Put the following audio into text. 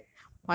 why your hair